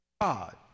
God